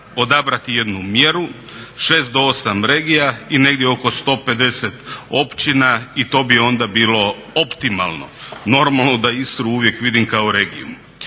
odabrati jednu mjeru 6 do 8 regija i negdje oko 150 općina i to bi onda bilo optimalno. Normalno da Istru uvijek vidim kao regiju.